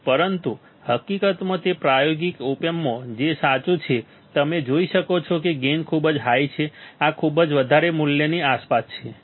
પરંતુ હકીકતમાં તે પ્રાયોગિક ઓપ એમ્પ્સમાં છે જે સાચું છે તમે જોઈ શકો છો કે ગેઇન ખૂબ જ હાઈ છે આ ખૂબ જ વધારે મૂલ્યની આસપાસ છે